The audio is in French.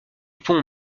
pont